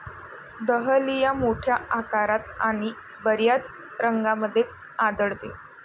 dahlia मोठ्या आकारात आणि बर्याच रंगांमध्ये आढळते